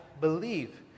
believe